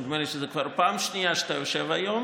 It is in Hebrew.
נדמה לי שזו כבר פעם שנייה שאתה יושב היום